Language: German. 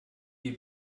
wie